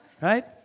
right